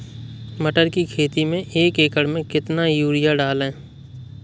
मटर की खेती में एक एकड़ में कितनी यूरिया डालें?